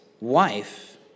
wife